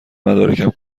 مدارکم